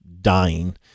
dying